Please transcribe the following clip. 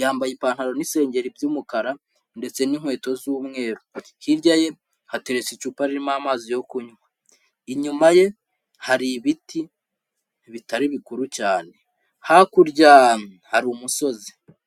yambaye ipantaro n'isengeri by'mukara ndetse n'inkweto z'umweru, hirya ye hateretse icupa ririmo amazi yo kunywa, inyuma ye hari ibiti bitari bikuru cyane, hakurya hari umusozi.